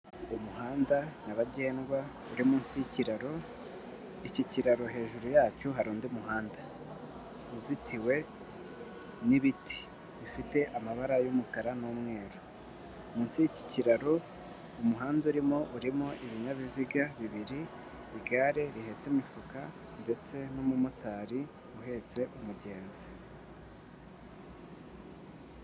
Umuhanda nyabagendwa uri munsi yikiraro, iki kiraro hejuru yacyo hari undi muhanda uzitiwe n'ibiti bifite amabara yumukara n'umweru. Munsi yikiraro umuhanda urimo urimo ibinyabiziga bibiri, igare rihetse imifuka ndetse n'umumotari uhetse umugenzi.